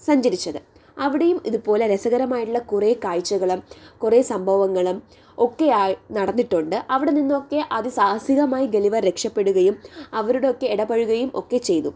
സഞ്ചരിച്ചത് അവിടെയും ഇതുപോലെ രസകരമായിട്ടുള്ള കുറേ കാഴ്ചകളും കുറേ സംഭവങ്ങളും ഒക്കെ ആയി നടന്നിട്ടുണ്ട് അവിടെ നിന്നൊക്കെ അതി സാഹസികമായി ഗളിവർ രക്ഷപ്പെടുകയും അവരോടൊക്കെ ഇടപഴകുകയും ഒക്കെ ചെയ്തു